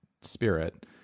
spirit